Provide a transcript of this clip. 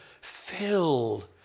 filled